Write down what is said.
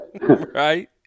right